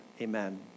Amen